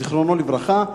זיכרונו לברכה,